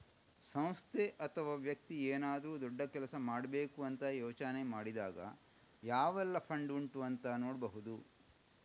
ಸಂಸ್ಥೆ ಅಥವಾ ವ್ಯಕ್ತಿ ಏನಾದ್ರೂ ದೊಡ್ಡ ಕೆಲಸ ಮಾಡ್ಬೇಕು ಅಂತ ಯೋಚನೆ ಮಾಡಿದಾಗ ಯಾವೆಲ್ಲ ಫಂಡ್ ಉಂಟು ಅಂತ ನೋಡ್ಬಹುದು